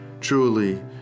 Truly